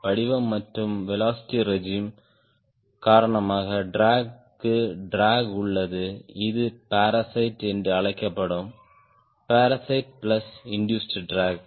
வடிவம் மற்றும் velocity regime காரணமாக ட்ராக் க்கு ட்ராக் உள்ளது இது பாராசைட் என்று அழைக்கப்படும் பாராசைட் பிளஸ் இண்டூஸ்ட் ட்ராக்